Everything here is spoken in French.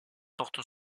porte